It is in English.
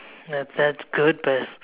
nah that's good but